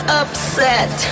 upset